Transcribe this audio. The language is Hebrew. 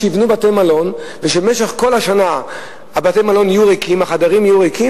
שייבנו בתי-מלון ובמשך כל השנה החדרים יהיו ריקים,